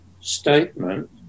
statement